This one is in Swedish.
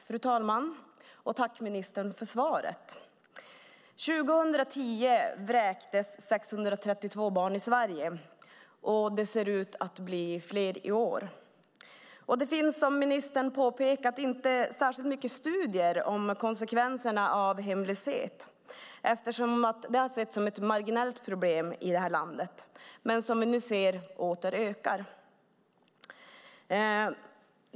Fru talman! Tack, ministern, för svaret! År 2010 vräktes 632 barn i Sverige, och det ser ut att bli fler i år. Som ministern påpekade finns det inte några studier av konsekvenserna av hemlöshet. Det har setts som ett marginellt problem i landet, men som vi nu ser ökar hemlösheten.